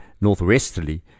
northwesterly